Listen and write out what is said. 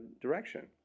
direction